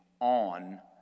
on